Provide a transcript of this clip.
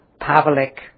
Pavlik